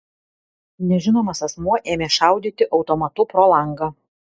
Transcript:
nežinomas asmuo ėmė šaudyti automatu pro langą